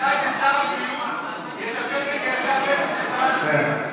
כדאי ששר הבריאות יטפל בכאבי הבטן של שרת הפנים.